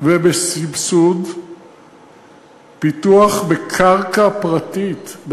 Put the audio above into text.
בתכנון ובסבסוד של פיתוח בקרקע פרטית,